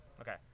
Okay